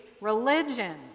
religion